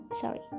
Sorry